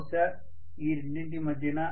బహుశా ఈ రెండింటి మధ్యన